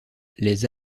les